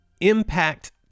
impact